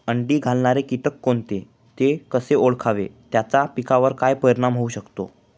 अंडी घालणारे किटक कोणते, ते कसे ओळखावे त्याचा पिकावर काय परिणाम होऊ शकतो?